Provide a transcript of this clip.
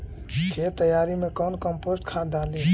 खेत तैयारी मे कौन कम्पोस्ट खाद डाली?